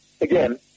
Again